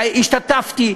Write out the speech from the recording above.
שהשתתפתי,